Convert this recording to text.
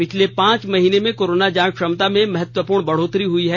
पिछले पांच महीनों में कोरोना जांच क्षमता में महत्वपूर्ण बढोतरी हुई है